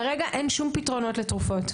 כרגע אין שום פתרונות לתרופות.